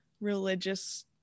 religious